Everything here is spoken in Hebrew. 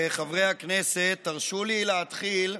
חברי הכנסת, תרשו לי להתחיל,